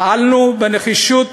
פעלנו בנחישות